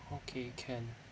okay can